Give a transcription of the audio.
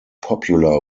popular